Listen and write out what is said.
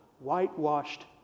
whitewashed